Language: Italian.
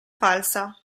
falsa